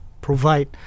provide